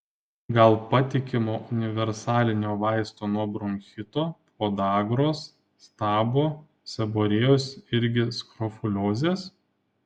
gal patikimo universalinio vaisto nuo bronchito podagros stabo seborėjos irgi skrofuliozės